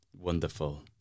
Wonderful